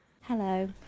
Hello